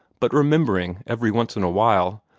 but remembering every once in a while,